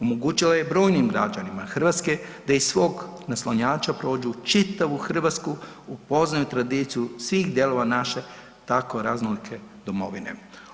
Omogućila je brojnim građanima Hrvatske da iz svog naslonjača prođu čitavu Hrvatsku, upoznaju tradiciju svih dijelova naše tako raznolike domovine.